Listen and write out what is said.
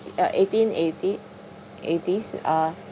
uh eighteen eighty eighties uh